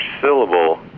syllable